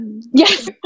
Yes